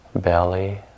belly